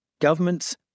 Governments